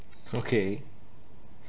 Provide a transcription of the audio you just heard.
okay